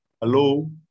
Hello